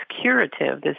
curative